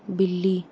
बिल्ली